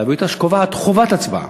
שאני מתכוון להביא אותה, שקובעת חובת הצבעה,